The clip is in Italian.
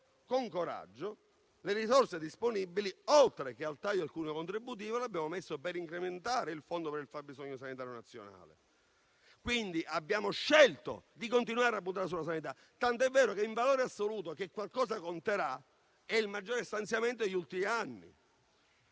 con coraggio, le risorse disponibili, oltre che per il taglio del cuneo contributivo, le abbiamo messe per incrementare il Fondo per il fabbisogno sanitario nazionale. Quindi abbiamo scelto di continuare a puntare sulla sanità, tanto è vero che in valore assoluto - qualcosa conterà - questo è il maggiore stanziamento degli ultimi anni.